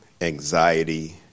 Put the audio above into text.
anxiety